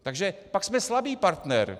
Takže pak jsme slabý partner.